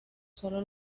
solo